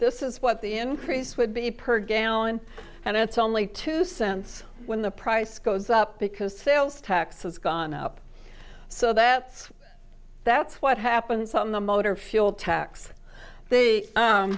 this is what the increase would be per gallon and it's only two cents when the price goes up because thales tax has gone up so that that's what happens on the motor fuel tax the